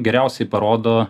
geriausiai parodo